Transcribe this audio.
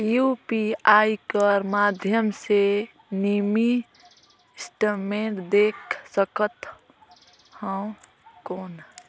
UPI कर माध्यम से मिनी स्टेटमेंट देख सकथव कौन?